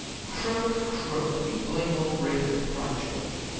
croak! croak! you blame old raven, cried george.